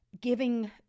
giving